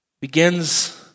begins